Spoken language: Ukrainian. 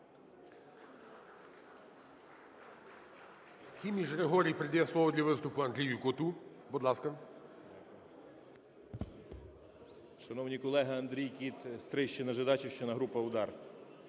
Шановні колеги! Андрій Кіт, Стрийщина, Жидачівщина, група "УДАР".